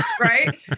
Right